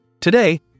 Today